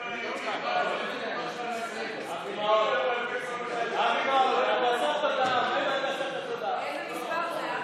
אם גם אתה רוצה לדבר אז תשב, בבקשה.